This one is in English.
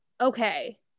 okay